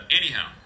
anyhow